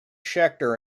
scheckter